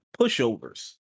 pushovers